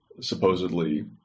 supposedly